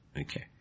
Okay